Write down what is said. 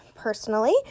personally